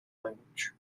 language